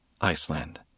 Iceland